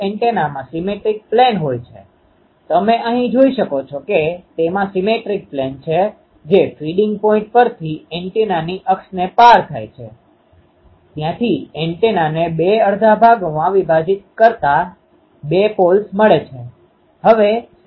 બીજી સમસ્યા એ આવે છે કે જો મારી પાસે એઝીમ્યુથલ દિશામાં છે એનો અર્થ એ કે હવે મારી પાસે સીધા પ્લેનમાં એન્ટેના અક્ષની તુલનામાં લંબરૂપે એન્ટેના છે અને પેટર્ન નિયમિત છે પછી જો ત્યાં રેડિયેશનનો બીજો સ્રોત અથવા નજીકમાં અન્ય ટ્રાન્સમીટર હોય તો ત્યાં ઘણા ખલેલ આવશે